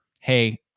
Hey